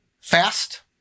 fast